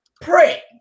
pray